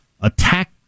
Attack